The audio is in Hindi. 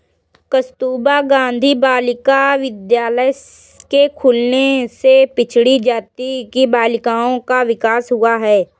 कस्तूरबा गाँधी बालिका विद्यालय के खुलने से पिछड़ी जाति की बालिकाओं का विकास हुआ है